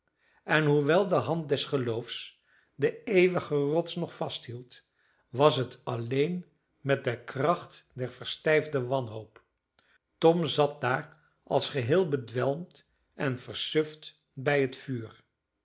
en hoewel de hand des geloofs de eeuwige rots nog vasthield was het alleen met de kracht der verstijfde wanhoop tom zat daar als geheel bedwelmd en versuft bij het vuur